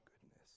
goodness